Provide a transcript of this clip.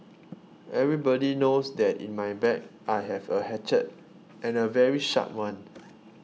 everybody knows that in my bag I have a hatchet and a very sharp one